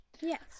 Yes